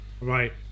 right